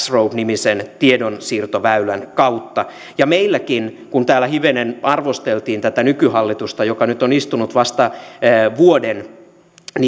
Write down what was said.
road nimisen tiedonsiirtoväylän kautta ja meilläkin kun täällä hivenen arvosteltiin tätä nykyhallitusta joka nyt on istunut vasta vuoden